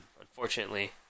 unfortunately